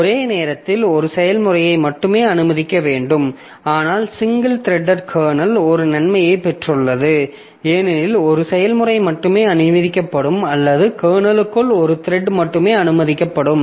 ஒரே நேரத்தில் ஒரு செயல்முறையை மட்டுமே அனுமதிக்க வேண்டும் ஆனால் சிங்கிள் த்ரெட்டட் கர்னல் ஒரு நன்மையை பெற்றுள்ளது ஏனெனில் ஒரு செயல்முறை மட்டுமே அனுமதிக்கப்படும் அல்லது கர்னலுக்குள் ஒரு த்ரெட் மட்டுமே அனுமதிக்கப்படும்